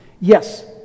Yes